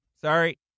Sorry